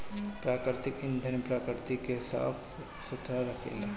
प्राकृतिक ईंधन प्रकृति के साफ सुथरा रखेला